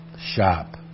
shop